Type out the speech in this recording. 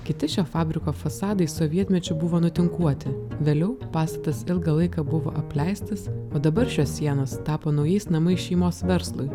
kiti šio fabriko fasadai sovietmečiu buvo nutinkuoti vėliau pastatas ilgą laiką buvo apleistas o dabar šios sienos tapo naujais namais šeimos verslui